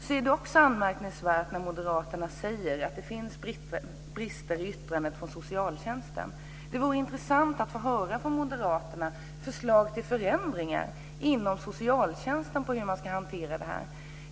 Det är också anmärkningsvärt när moderaterna säger att det finns brister i yttranden från socialtjänsten. Det vore intressant att få höra från moderaterna förslag till förändringar inom socialtjänsten på hur detta ska hanteras.